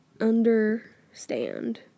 understand